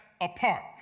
apart